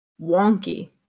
wonky